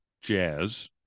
jazz